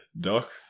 Doc